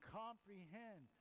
comprehend